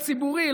הציבורי,